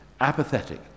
apathetic